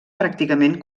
pràcticament